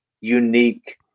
unique